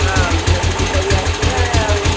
ହଁ ବୁଲାବୁଲି କରି ଆସିବା ଆଉ